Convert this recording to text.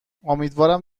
امیدوارم